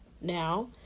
now